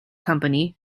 company